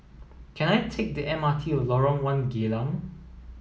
can I take the M R T to Lorong one Geylang